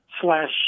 slash